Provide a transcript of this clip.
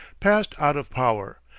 passed out of power,